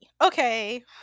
Okay